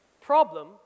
Problem